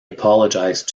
apologized